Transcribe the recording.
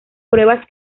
pruebas